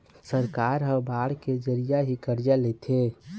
सरकार ह बांड के जरिया ही करजा लेथे